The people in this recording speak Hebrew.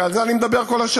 הרי על זה אני מדבר כל השנים,